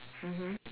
mmhmm